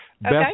best